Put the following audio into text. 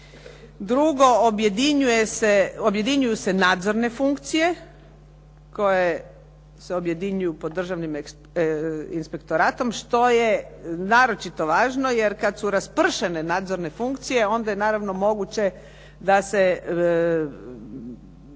Drugo, objedinjuju se nadzorne funkcije koje se objedinjuju pod Državnim inspektoratom, što je naročito važno jer kad su raspršene nadzorne funkcije, onda je naravno moguće da se